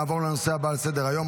נעבור לנושא הבא על סדר-היום,